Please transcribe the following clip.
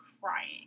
crying